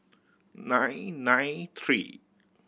nine nine three